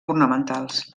ornamentals